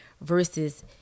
versus